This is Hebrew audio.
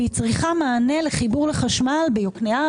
והיא צריכה מענה לחיבור לחשמל ביוקנעם,